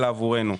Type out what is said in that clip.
אלא עבורנו.